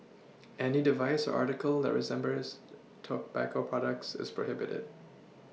any device or article that resembles tobacco products is prohibited